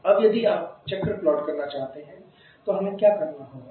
अब यदि आप चक्र प्लॉट करना चाहते हैं तो हमें क्या करना होगा